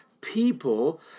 people